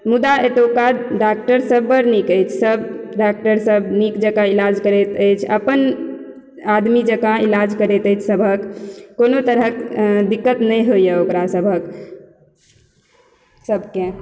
मुदा एतुका डॉक्टर सब बढ़ नीक अछि सब डॉक्टर सब नीक जकाँ इलाज करैत अछि अपन आदमी जकाँ इलाज करैत अछि सबहक कोनो तरहक दिक्कत नहि होइया ओकरा सबहक सबके